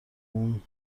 اون